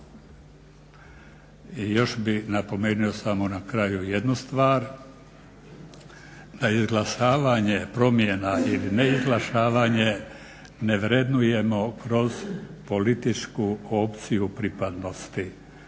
I još bih napomenuo samo na kraju jednu stvar, da izglasavanje promjena ili neizglasavanje ne vrednujemo kroz političku opciju pripadnosti